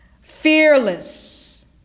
fearless